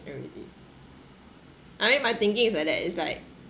already I mean my thinking is like that it's like